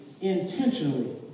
intentionally